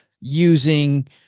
using